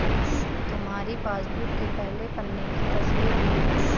तुम्हारी पासबुक की पहले पन्ने की तस्वीर भेज दो